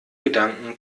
gedanken